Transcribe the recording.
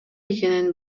экенин